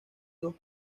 dos